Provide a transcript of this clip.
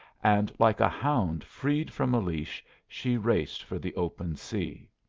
and like a hound freed from a leash she raced for the open sea.